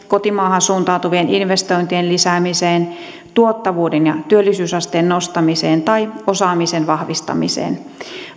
kotimaahan suuntautuvien investointien lisäämiseen tuottavuuden ja työllisyysasteen nostamiseen tai osaamisen vahvistamiseen